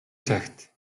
цагт